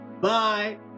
Bye